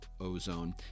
ozone